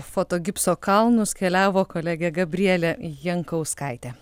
foto gipso kalnus keliavo kolegė gabrielė jankauskaitė